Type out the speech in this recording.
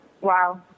Wow